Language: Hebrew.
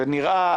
ונראה,